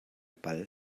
pal